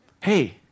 Hey